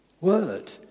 word